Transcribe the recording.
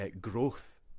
growth